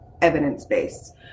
evidence-based